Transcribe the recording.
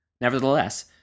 Nevertheless